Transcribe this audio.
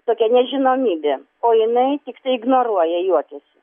tokia nežinomybė o jinai tiktai ignoruoja juokiasi